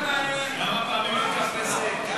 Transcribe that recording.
כמה פעמים היה בקפריסין?